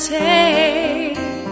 take